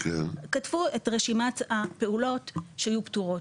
כתבו את רשימת הפעולות שהיו פטורות.